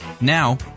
Now